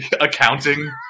accounting